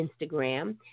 Instagram